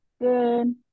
good